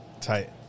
Tight